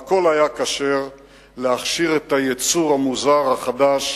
והכול היה כשר להכשיר את היצור המוזר החדש,